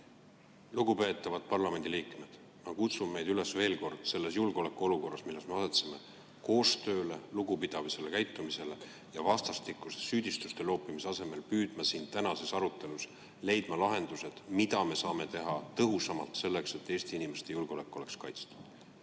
Lugupeetavad parlamendi liikmed! Ma kutsun veel kord meid üles selles julgeolekuolukorras, milles me asetseme, koostööle ja lugupidavale käitumisele. Vastastikuste süüdistuste loopimise asemel [peaksime] püüdma siin tänases arutelus leida lahendused, mida me saame teha tõhusamalt selleks, et Eesti inimeste julgeolek oleks kaitstud.